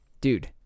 Dude